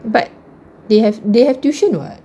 but they have they have tuition [what]